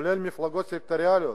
כולל מפלגות סקטוריאליות?